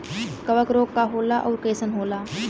कवक रोग का होला अउर कईसन होला?